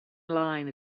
line